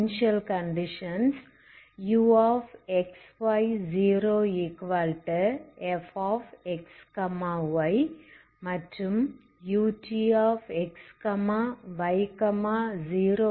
initial conditions uxy0fxy மற்றும் utxy0gxy xy∈DR ஆகும்